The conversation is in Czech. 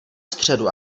středu